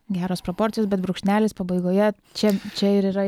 geros proporcijos bet brūkšnelis pabaigoje čia čia ir yra